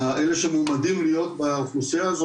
אלה שמועמדים להיות באוכלוסייה הזו,